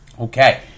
Okay